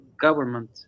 government